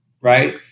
Right